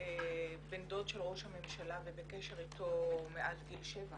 בן דוד של ראש הממשלה ובקשר איתו מאז גיל שבע